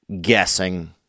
guessing